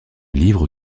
livre